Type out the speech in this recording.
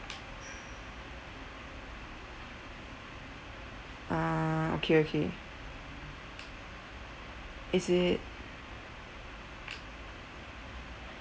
ah okay okay is it